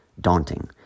daunting